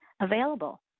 available